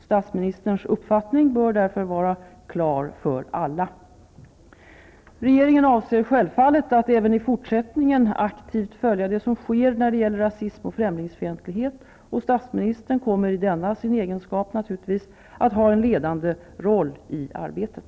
Statsministerns uppfattning bör därför vara klar för alla. Regeringen avser självfallet att även i fortsättningen aktivt följa det som sker när det gäller rasism och främlingsfientlighet. Statsministern kommer i denna sin egenskap naturligtvis att ha en ledande roll i arbetet.